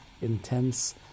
intense